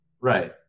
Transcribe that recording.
right